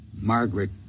Margaret